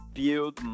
build